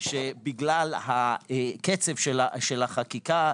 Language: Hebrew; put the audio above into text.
שבגלל קצב החקיקה,